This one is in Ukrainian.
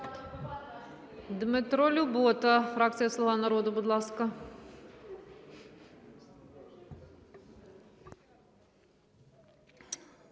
Дмитро Любота, фракція "Слуга народу", будь ласка.